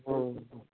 ઓહો